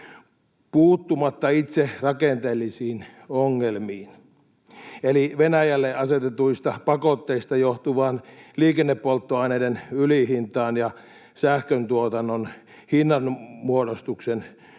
puuttumatta itse rakenteellisiin ongelmiin eli Venäjälle asetetuista pakotteista johtuvaan liikennepolttoaineiden ylihintaan ja sähköntuotannon hinnanmuodostuksen